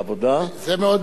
זה מאוד מסוכן.